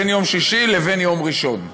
בין יום שישי ליום ראשון.